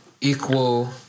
equal